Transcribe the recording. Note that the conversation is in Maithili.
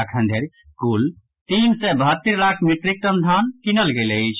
अखन धरि कुल तीन सय बहत्तरि लाख मीट्रिकटन धान कीनल गेल अछि